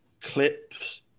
clips